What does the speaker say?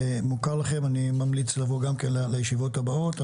אני ממליץ לבוא גם לישיבות הבאות.